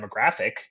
demographic